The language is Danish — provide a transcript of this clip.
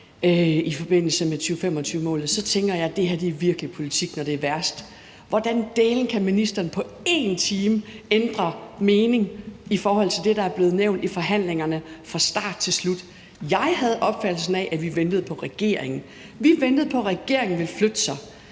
i forbindelse med 2025-målet, så tænker jeg, at det her virkelig er politik, når det er værst. Hvordan dælen kan ministeren på 1 time ændre mening i forhold til det, der er blevet nævnt i forhandlingerne fra start til slut? Jeg havde opfattelsen af, at vi ventede på regeringen; at vi ventede på, at regeringen ville flytte sig.